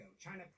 China